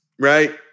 right